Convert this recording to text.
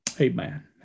Amen